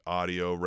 audio